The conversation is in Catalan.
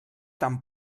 tan